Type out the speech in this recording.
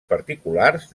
particulars